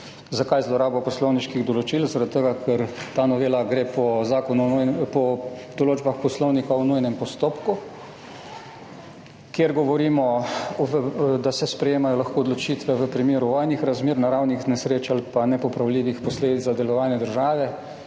Zakaj zlorabo poslovniških določil? Zaradi tega, ker gre ta novela po določbah poslovnika o nujnem postopku, kjer govorimo, da se lahko sprejemajo odločitve v primeru vojnih razmer, naravnih nesreč ali nepopravljivih posledic za delovanje države,